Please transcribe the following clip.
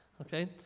okay